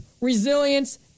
resilience